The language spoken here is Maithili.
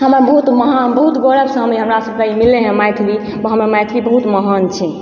हमर बहुत महान बहुत गोटेसँ हमरा सबके ई मिललइ हइ मैथिली ह मर मैथिली बहुत महान छै